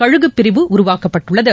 கழகுபிரிவு உருவாக்கப்பட்டுள்ளது